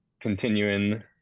continuing